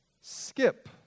skip